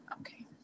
okay